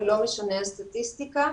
ולא משנה הסטטיסטיקה.